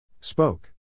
spoke